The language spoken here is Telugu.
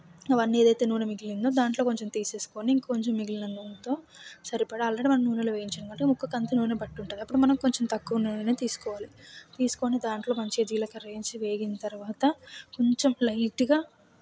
అవన్నీ ఏదైతే నూనె మిగిలిందో దాంట్లో కొంచెం తీసేసుకుని ఇంకా కొంచెం మిగిలిన నూనెతో సరిపడా ఆల్రెడీ మనం నూనెలో వేయించుకున్నాం ఒక కంతు నూనె పట్టి ఉంటుంది అప్పుడు తక్కువ నూనె తీసుకోవాలి తీసుకొని దాంట్లో మంచిగా జీలకర్ర వేయించి వేగిన తర్వాత కొంచెం లైట్గా